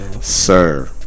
Sir